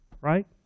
Right